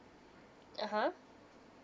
(uh huh)